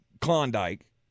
klondike